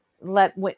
let